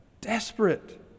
desperate